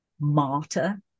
martyr